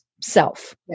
self